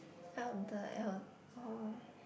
help the el~ oh